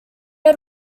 had